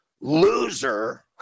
loser